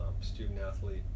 student-athlete